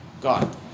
God